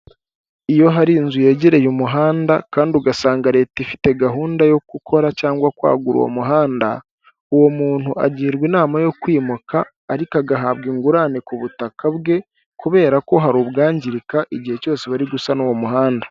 Iyo hari inzu yegereye umuhanda kandi ugasanga leta ifite gahunda yo gukora cyangwa kwagura uwo muhanda, uwo muntu agirwa inama yo kwimuka ariko agahabwa ingurane ku butaka bwe, kubera ko hari ubwangirika igihe cyose bari gusana mu muhanda.